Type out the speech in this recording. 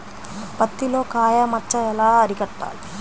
పత్తిలో కాయ మచ్చ ఎలా అరికట్టాలి?